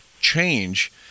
change